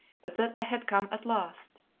but that i had come at last.